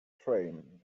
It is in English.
train